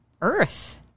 Earth